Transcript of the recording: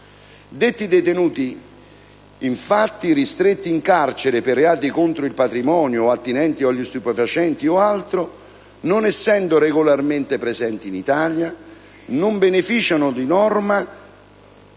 Detti detenuti, infatti, ristretti in carcere per reati contro il patrimonio o attinenti agli stupefacenti o altro non essendo regolarmente presenti in Italia, non beneficiano di norma